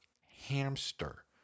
hamster